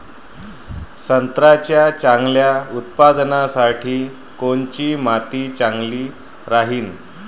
संत्र्याच्या चांगल्या उत्पन्नासाठी कोनची माती चांगली राहिनं?